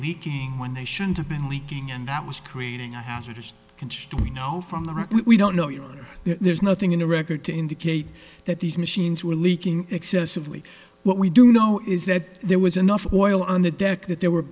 leaking when they shouldn't have been leaking and that was creating a house or just construct you know from the we don't know you know there's nothing in the record to indicate that these machines were leaking excessively what we do know is that there was enough oil on the deck that there were